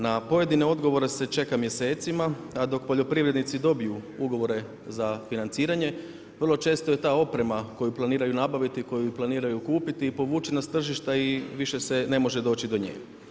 Na pojedine odgovore se čeka mjesecima, a dok poljoprivrednici dobiju ugovore za financiranje vrlo često je ta oprema koju planiraju nabaviti, koju planiraju kupiti povučena s tržišta i više se ne može doći do nje.